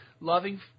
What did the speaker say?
loving